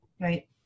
Right